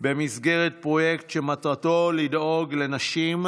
במסגרת פרויקט שמטרתו לדאוג לנשים